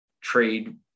trade